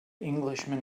englishman